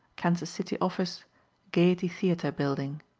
kansas city office gayety theatre bldg.